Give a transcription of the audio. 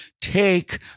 take